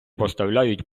поставляють